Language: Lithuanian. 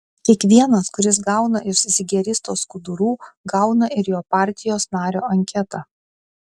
kiekvienas kuris gauna iš zigeristo skudurų gauna ir jo partijos nario anketą